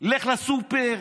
לך לסופר,